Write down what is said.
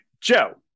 Joe